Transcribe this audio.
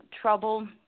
trouble